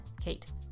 Kate